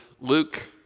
Luke